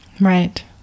right